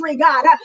God